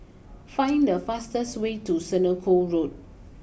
find the fastest way to Senoko Road